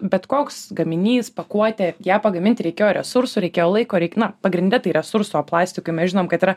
bet koks gaminys pakuotė ją pagamint reikėjo resursų reikėjo laiko reik na pagrinde tai resursų o plaistikui mes žinome kad yra